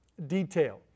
Detail